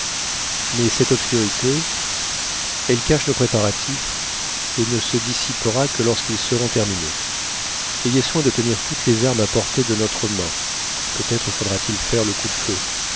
mais cette obscurité elle cache nos préparatifs et ne se dissipera que lorsqu'ils seront terminés ayez soin de tenir toutes les armes à portée de notre main peut-être faudra-t-il faire le coup de feu